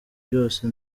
byose